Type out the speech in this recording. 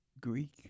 Greek